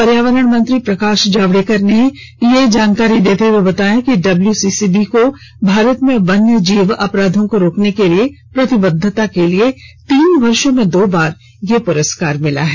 पर्यावरण मंत्री प्रकाश जावडेकर ने यह जानकारी देते हए बताया कि डब्ल्यू सी सी बी को भारत में वन्य जीव अपराधों को रोकने के लिए प्रतिबद्धता के लिए तीन वर्षो में दो बार यह प्रस्कार मिला है